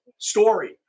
story